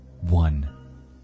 one